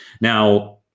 now